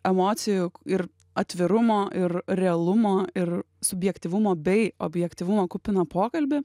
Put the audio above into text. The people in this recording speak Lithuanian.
emocijų ir atvirumo ir realumo ir subjektyvumo bei objektyvumo kupiną pokalbį